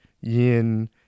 yin